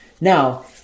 Now